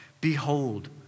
Behold